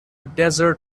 desert